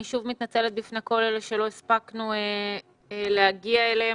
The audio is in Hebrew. אני שוב מתנצלת בפני כל אלה שלא הספיקו להגיע אליהם,